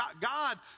God